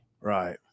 Right